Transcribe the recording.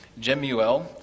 Jemuel